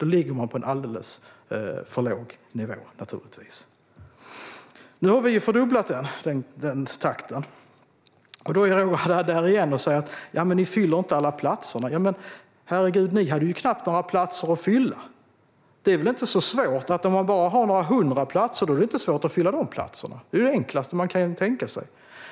Då ligger man naturligtvis på en alldeles för låg nivå. Nu har vi fördubblat den takten. Då är Roger Haddad där igen och säger: Ni fyller inte alla platser. Men herregud, ni hade knappt några platser att fylla! Om man bara har några hundra platser är det inte svårt att fylla de platserna. Det är det enklaste man kan tänka sig.